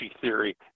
theory